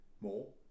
more